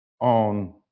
on